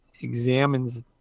examines